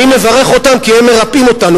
אני מברך אותם כי הם מרפאים אותנו.